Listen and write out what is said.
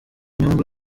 inyungu